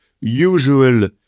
usual